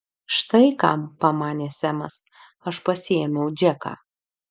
štai kam pamanė semas aš pasiėmiau džeką